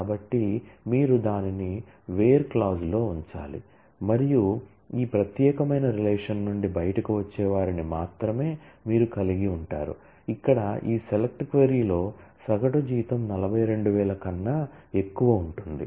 కాబట్టి మీరు దానిని వేర్ క్లాజ్ లో సగటు జీతం 42000 కన్నా ఎక్కువ ఉంటుంది